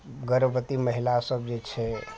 गर्भवती महिला सब जे छै